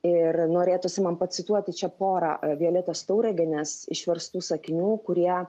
ir norėtųsi man pacituoti čia porą violetos tauragienės išverstų sakinių kurie